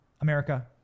America